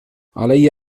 علي